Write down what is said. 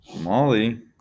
Molly